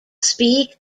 speak